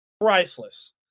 Priceless